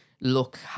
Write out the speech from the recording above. look